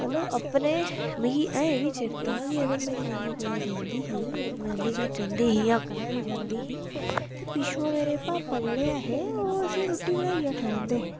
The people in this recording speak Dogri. मतलब अपने मिगी अजें बी चेत्ता कि अगर मेरी मम्मी कुते जंदी ही मेरी नानी घर जंदी ही जां कुते बी जंदी ही ते पिच्छुआं मेरे पापा जेड़े ऐ हे ओह् असेंगी रूट्टी बनाइयै खलांदे हे